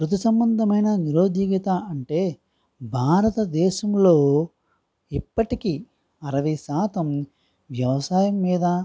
వృతు సంబంధమైన నిరుద్యోగిత అంటే భారతదేశంలో ఇప్పటికీ అరవై శాతం వ్యవసాయం మీద